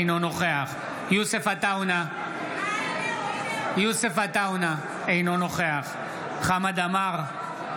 אינו נוכח יוסף עטאונה, אינו נוכח חמד עמאר,